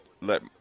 let